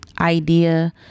idea